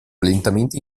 lentamente